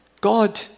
God